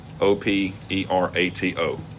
O-P-E-R-A-T-O